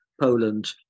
Poland